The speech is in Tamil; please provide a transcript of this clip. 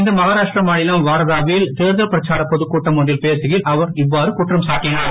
இன்று மகாராஷ்டிர மாநிலம் வார்தாவில் தேர்தல் பிரச்சாரப் பொதுக் கூட்டம் ஒன்றில் பேசுகையில் அவர் இவ்வாறு குற்றம் சாட்டினார்